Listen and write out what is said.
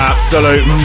Absolute